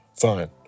fine